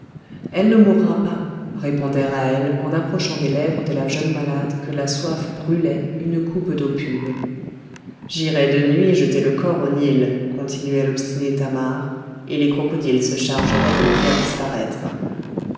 elle ne mourra pas répondit ra'hel en approchant des lèvres de la jeune malade que la soif brûlait une coupe d'eau pure j'irais de nuit jeter le corps au nil continuait l'obstinée thamar et les crocodiles se chargeraient de le faire disparaître